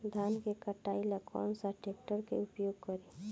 धान के कटाई ला कौन सा ट्रैक्टर के उपयोग करी?